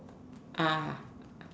ah